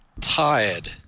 Tired